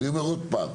ואני אומר עוד פעם,